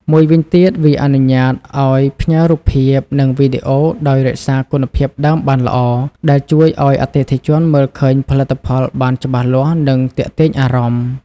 មួយវិញទៀតវាអនុញ្ញាតឱ្យផ្ញើរូបភាព និងវីដេអូដោយរក្សាគុណភាពដើមបានល្អ ដែលជួយឱ្យអតិថិជនមើលឃើញផលិតផលបានច្បាស់លាស់ និងទាក់ទាញអារម្មណ៍។